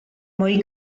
mwy